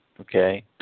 Okay